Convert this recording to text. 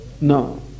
No